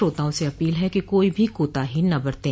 श्रोताओं से अपील है कि कोई भी कोताही न बरतें